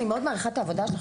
אני מאוד מעריכה את העבודה שלך.